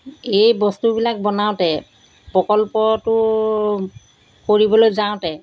এই বস্তুবিলাক বনাওঁতে প্ৰকল্পটো কৰিবলৈ যাওঁতে